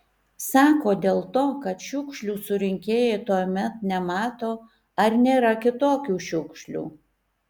sako dėl to kad šiukšlių surinkėjai tuomet nemato ar nėra kitokių šiukšlių